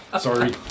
Sorry